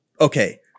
Okay